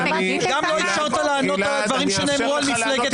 וגם לא אפשרת לענות על הדברים שנאמרו על מפלגת